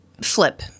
flip